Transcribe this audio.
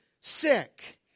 sick